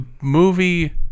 movie